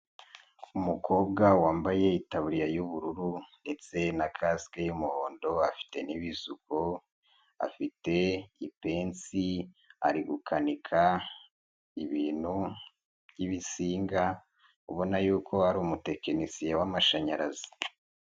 umukobwa wambaye taburiya y'ubururu ndetse na kasIke y'umuhondo, afite n'ibisuko, afite ipensi ari gukanika ibintu by'ibinsinga, ubona yuko ari umutekinisiye w'amashanyarazi.